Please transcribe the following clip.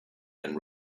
and